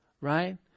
Right